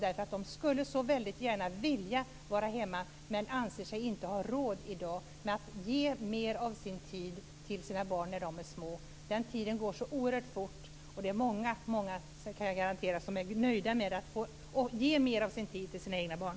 De här personerna skulle väldigt gärna vilja vara hemma men de anser sig inte i dag ha råd med att ge mer av sin tid till sina barn medan dessa är små. Den tiden går ju så oerhört fort. Jag kan garantera att det är väldigt många som är nöjda med att kunna ge mer av sin tid till sina egna barn.